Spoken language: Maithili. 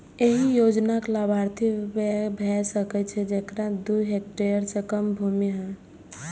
एहि योजनाक लाभार्थी वैह भए सकै छै, जेकरा दू हेक्टेयर सं कम भूमि होय